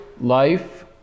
life